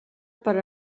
per